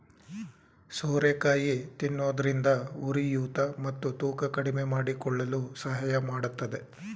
ಸೋರೆಕಾಯಿ ತಿನ್ನೋದ್ರಿಂದ ಉರಿಯೂತ ಮತ್ತು ತೂಕ ಕಡಿಮೆಮಾಡಿಕೊಳ್ಳಲು ಸಹಾಯ ಮಾಡತ್ತದೆ